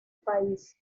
país